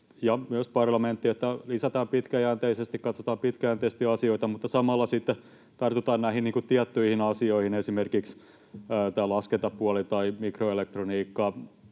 myös parlamentti, että lisätään pitkäjänteisesti ja katsotaan pitkäjänteisesti asioita, mutta samalla sitten tartutaan näihin tiettyihin asioihin, esimerkiksi laskentapuoleen tai mikroelektroniikkaan,